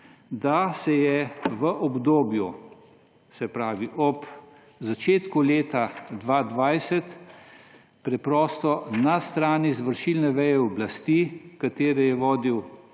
da se v obdobju ob začetku leta 2020 preprosto na strani izvršilne veje oblasti, katero je vodil